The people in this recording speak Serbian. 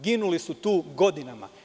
Ginuli su tu godinama.